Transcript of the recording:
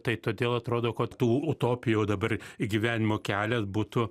tai todėl atrodo kad tų utopijų o dabar įgyvenimo kelias būtų